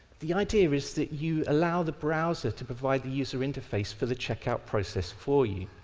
the idea is that you allow the browser to provide the user interface for the check-out process for you.